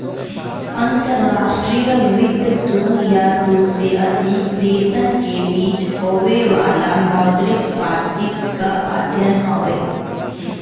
अंतर्राष्ट्रीय वित्त दू या दू से अधिक देशन के बीच होये वाला मौद्रिक बातचीत क अध्ययन हौ